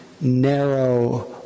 narrow